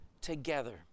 together